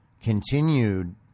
continued